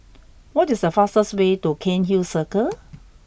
what is the fastest way to Cairnhill Circle